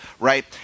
Right